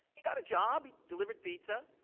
he got a job. he delivered pizza.